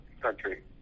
country